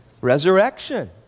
Resurrection